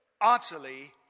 utterly